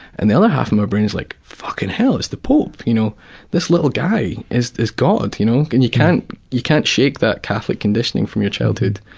and the other half of my brain is like fuckin' hell! it's the pope! you know this little guy is god, you know. and you can't you can't shake that catholic conditioning from your childhood.